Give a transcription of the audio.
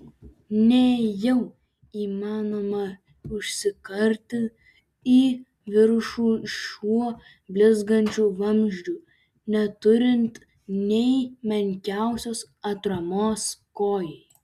nejau įmanoma užsikarti į viršų šiuo blizgančiu vamzdžiu neturint nė menkiausios atramos kojai